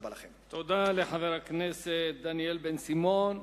תודה לחבר הכנסת דניאל בן-סימון.